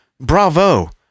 bravo